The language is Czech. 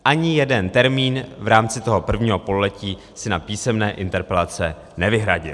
Ani jeden termín v rámci toho prvního pololetí si na písemné interpelace nevyhradil.